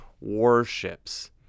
warships